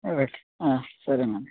సరే అండి